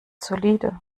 solide